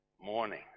morning